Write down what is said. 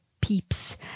peeps